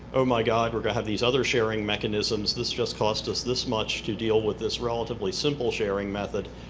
oh, my god, we're going to have these other sharing mechanisms. this just cost us this much to deal with this relatively simple sharing method.